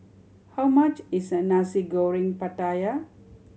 how much is Nasi Goreng Pattaya